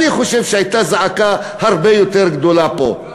אני חושב שהייתה זעקה הרבה יותר גדולה פה.